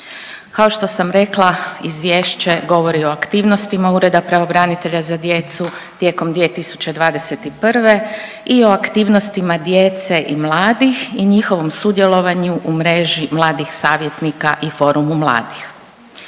Kao što sam rekla izvješće govori o aktivnosti Ureda pravobranitelja za djecu tijekom 2021. i o aktivnostima djece i mladih i njihovom sudjelovanju u mreži mladih savjetnika i forumu mladih.